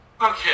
Okay